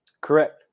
Correct